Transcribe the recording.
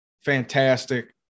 fantastic